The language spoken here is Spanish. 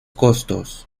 costos